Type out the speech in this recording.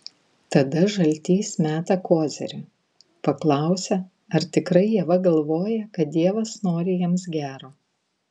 tada žaltys meta kozirį paklausia ar tikrai ieva galvoja kad dievas nori jiems gero